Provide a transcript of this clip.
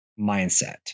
mindset